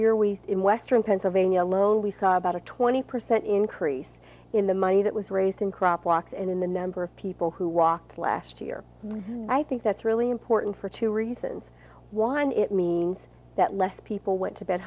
year we in western pennsylvania alone we saw about a twenty percent increase in the money that was raised in crop walks and in the number of people who walk last year i think that's really important for two reasons one it means that less people went to bed